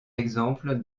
exemple